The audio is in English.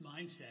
mindset